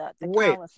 Wait